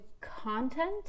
content